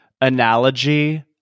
analogy